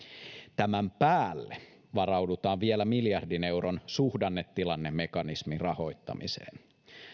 tämän päälle varaudutaan vielä miljardin euron suhdannetilannemekanismin rahoittamiseen